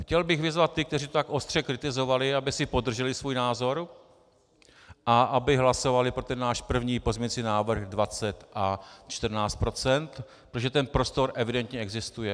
Chtěl bych vyzvat ty, kteří to tak ostře kritizovali, aby si podrželi svůj názor a aby hlasovali pro ten náš první pozměňující návrh 20 a 14 procent, protože ten prostor evidentně existuje.